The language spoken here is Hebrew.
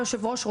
היושב-ראש,